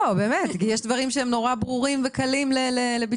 לא, באמת, יש דברים שהם נורא ברורים וקלים לביצוע.